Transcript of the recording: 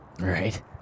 Right